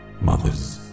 mothers